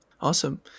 awesome